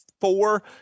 four